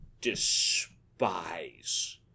despise